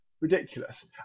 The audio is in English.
ridiculous